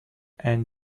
and